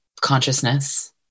consciousness